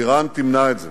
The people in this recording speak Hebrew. אירן תמנע את זה.